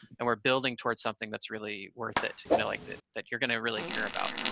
and we're building towards something that's really worth it, you know, like that that you're gonna really care about,